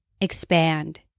expand